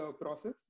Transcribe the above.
process